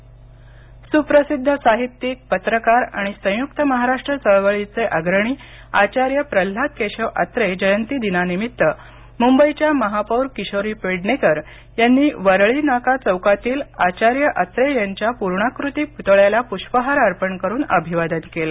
आचार्य अत्रे मंबई पश्चिम उपनगर सुप्रसिद्ध साहित्यिक पत्रकार आणि संयुक्त महाराष्ट्र चळवळीचे अग्रणी आचार्य प्रल्हाद केशव अत्रे जयंती निमित्त मुंबईच्या महापौर किशोरी पेडणेकर यांनी वरळी नाका चौकातील आचार्य अत्रे यांच्या पुर्णाकृती पुतळयाला पुष्पहार अर्पण करून अभिवादन केलं